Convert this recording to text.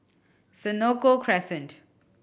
Senoko Crescent